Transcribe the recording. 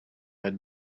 had